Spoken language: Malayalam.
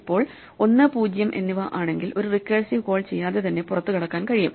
ഇപ്പോൾ 1 0 എന്നിവ ആണെങ്കിൽ ഒരു റിക്കേഴ്സീവ് കോൾ ചെയ്യാതെ തന്നെ പുറത്തുകടക്കാൻ കഴിയും